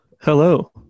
Hello